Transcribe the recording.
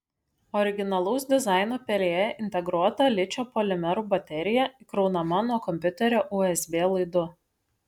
originalaus dizaino pelėje integruota ličio polimerų baterija įkraunama nuo kompiuterio usb laidu